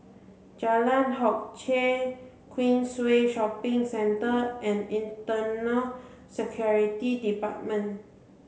Jalan Hock Chye Queensway Shopping Centre and Internal Security Department